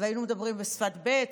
היינו מדברים בשפת בי"ת?